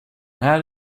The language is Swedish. här